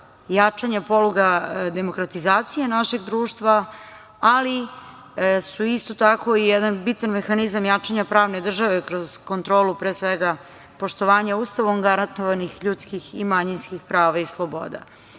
jačanja poluga demokratizacije našeg društva, ali su isto tako i jedan bitan mehanizam jačanja pravne države kroz kontrolu pre svega poštovanja Ustavom garantovanih ljudskih i manjinskih prava i sloboda. Novi